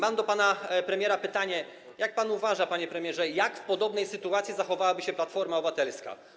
Mam do pana premiera pytanie: Jak pan uważa, panie premierze, jak w podobnej sytuacji zachowałaby się Platforma Obywatelska?